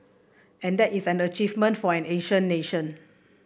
and that is an achievement for an Asian nation